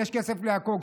יש כסף לכול,